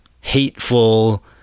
hateful